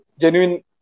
genuine